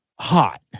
Hot